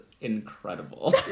incredible